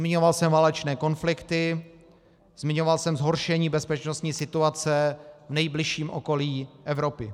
Zmiňoval jsem válečné konflikty, zmiňoval jsem zhoršení bezpečnostní situace v nejbližším okolí Evropy.